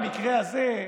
אולי במקרה הזה,